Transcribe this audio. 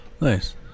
Nice